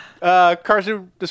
Carson